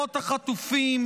משפחות החטופים,